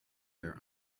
their